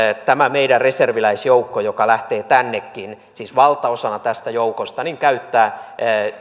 tämä meidän reserviläisjoukko joka lähtee tännekin siis valtaosahan tästä joukosta käyttää